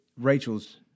Rachel's